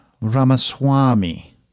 Ramaswamy